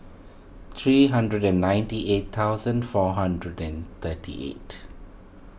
three hundred and ninety eight thousand four hundred and thirty eight